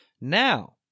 Now